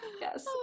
yes